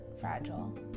fragile